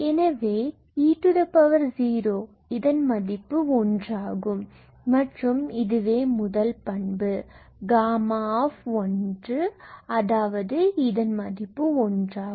எனவே e0 இதன் மதிப்பு ஒன்றாகும் மற்றும் இதுவே முதல் பண்பு Γ அதாவது இதன் மதிப்பு ஒன்று ஆகும்